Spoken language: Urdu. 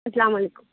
السّلام علیکم